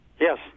Yes